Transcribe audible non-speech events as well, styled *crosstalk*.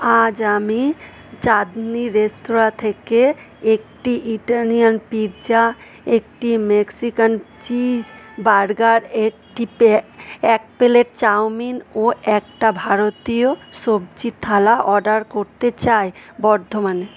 আজ আমি চাঁদনী রেস্তোরাঁ থেকে একটি ইটালিয়ান পিৎজা একটি মেক্সিকান চিস বার্গার একটি *unintelligible* এক প্লেট চাউমিন ও একটা ভারতীয় সবজি থালা অর্ডার করতে চাই বর্ধমানে